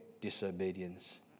disobedience